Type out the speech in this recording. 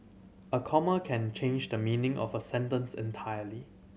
a comma can change the meaning of a sentence entirely